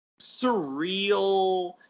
surreal